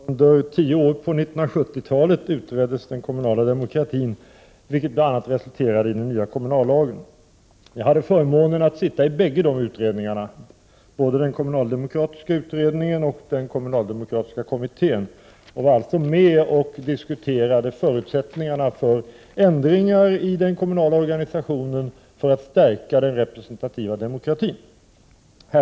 Herr talman! Under tio år, på 1970-talet, utreddes frågan om den kommunala demokratin, vilket bl.a. resulterade i den nya kommunallagen. Jag hade förmånen att sitta med i båda de utredningar som arbetade, den kommunaldemokratiska utredningen och den kommunaldemokratiska kommittén. Jag var alltså med och diskuterade förutsättningarna för ändringar i den kommunala organisationen för att stärka den representativa demokratin.